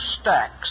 stacks